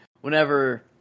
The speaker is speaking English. Whenever